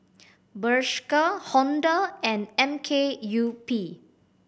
Bershka Honda and M K U P